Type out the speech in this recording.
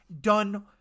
done